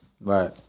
Right